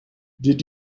did